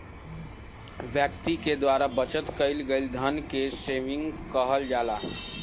व्यक्ति के द्वारा बचत कईल गईल धन के सेविंग कहल जाला